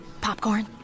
Popcorn